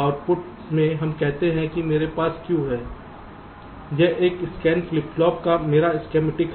output में हम कहते हैं कि मेरे पास Q है यह एक स्कैन फ्लिप फ्लॉप का मेरा स्कीमेटिक है